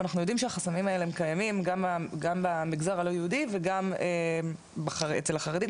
אנחנו יודעים שהחסמים האלה קיימים גם במגזר הלא יהודי וגם אצל החרדים,